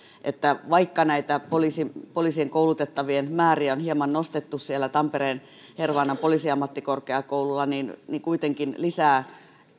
että vaikka näitä poliisikoulutettavien määriä on hieman nostettu siellä tampereen hervannan poliisiammattikorkeakoululla niin niin kuitenkin lisää